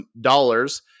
dollars